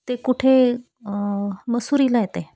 ते कुठे मसुरीला आहे ते